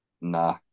Nah